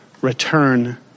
return